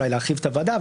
אולי להרחיב את הוועדה,